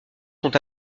sont